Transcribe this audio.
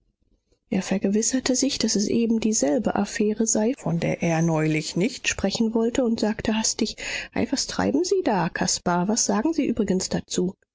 er vergewisserte sich daß es eben dieselbe affäre sei von der er neulich nicht sprechen gewollt und sagte hastig ei was treiben sie da caspar was sagen sie übrigens dazu